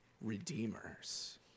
redeemers